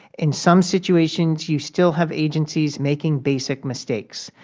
in some situations you still have agencies making basic mistakes.